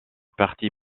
parti